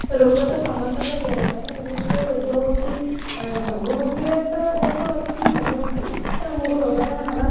ରୋଗ ତ ସମସ୍ତଙ୍କ ଦେହରେ ଥାଏ ନିର୍ଦ୍ଧିଷ୍ଟ ରୋଗ ହେଉଛି ସବୁ ଋତୁରେ ତ ଯେହେତୁ ଅଛି ସବୁ ଋତୁ ତ ଆମକୁ ରୋଗଟା ହେବା